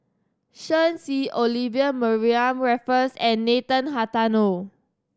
Shen Xi Olivia Mariamne Raffles and Nathan Hartono